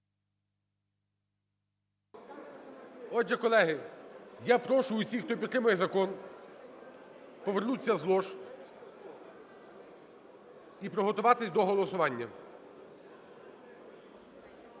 Отже, колеги, я прошу усіх, хто підтримує закон, повернутися з лож і приготуватись до голосування.